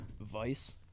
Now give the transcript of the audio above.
Vice